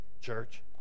church